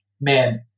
man